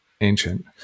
ancient